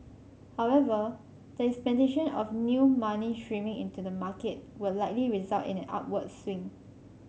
however the expectation of new money streaming into the market will likely result in an upward swing